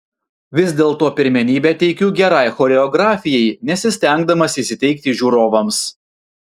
vis dėlto pirmenybę teikiu gerai choreografijai nesistengdamas įsiteikti žiūrovams